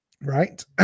right